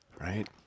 right